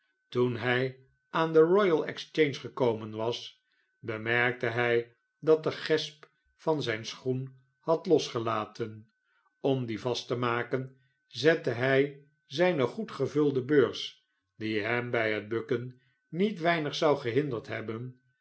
toen hij aan de royal exchange gekomen was bemerkte hij dat de gesp van zijn schoen had losgelaten om dien vast te maken zette hij zijne goed gevulde beurs die hem bij het bukken niet weinig zou gehinderd hebben